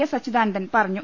S Achuthanandan പറഞ്ഞു